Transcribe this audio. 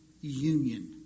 union